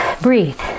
breathe